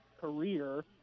career